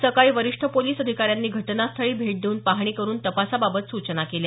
सकाळी वरिष्ठ पोलीस अधिकाऱ्यांनी घटनास्थळी भेट देऊन पाहणी करून तपासाबाबत सूचना केल्या